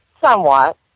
Somewhat